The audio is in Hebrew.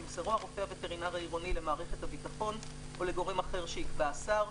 ימסרו הרופא הווטרינר העירוני למערכת הביטחון או לגורם אחר שיקבע השר,